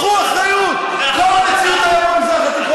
קחו אחריות, אתה רוצה לחיות בעזה?